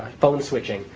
phone switching.